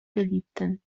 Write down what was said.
geliebten